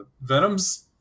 venom's